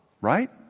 Right